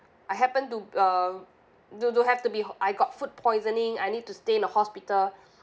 I happened to uh do do have to be I got food poisoning I need to stay in the hospital